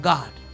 God